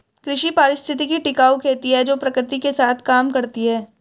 कृषि पारिस्थितिकी टिकाऊ खेती है जो प्रकृति के साथ काम करती है